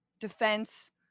defense